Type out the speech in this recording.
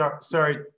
sorry